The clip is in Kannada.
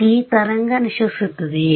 ಈ ತರಂಗ ನಶಿಸುತ್ತದೆಯೇ